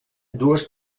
dues